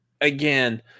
again